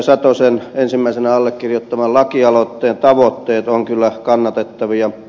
satosen ensimmäisenä allekirjoittaman lakialoitteen tavoitteet ovat kyllä kannatettavia